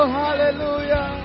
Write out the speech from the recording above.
hallelujah